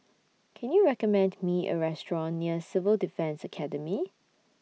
Can YOU recommend Me A Restaurant near Civil Defence Academy